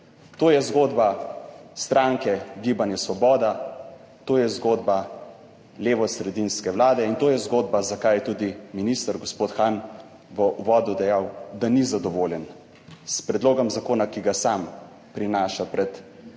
To je zgodba stranke Gibanje Svoboda, to je zgodba levosredinske vlade in to je zgodba, zakaj je tudi minister gospod Han v uvodu dejal, da ni zadovoljen s predlogom zakona, ki ga sam prinaša pred naše poslance